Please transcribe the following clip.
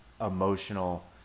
emotional